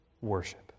worship